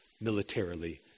militarily